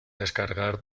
descargar